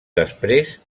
després